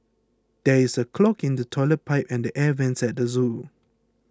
there is a clog in the Toilet Pipe and the Air Vents at the zoo